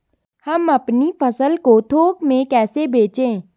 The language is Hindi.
हम अपनी फसल को थोक में कैसे बेचें?